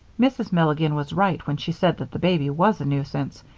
mrs. milligan was right when she said that the baby was a nuisance,